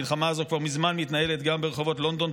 המלחמה הזאת כבר מזמן מתנהלת גם ברחובות לונדון,